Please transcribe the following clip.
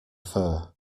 fur